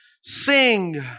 sing